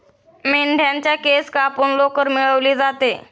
मेंढ्यांच्या केस कापून लोकर मिळवली जाते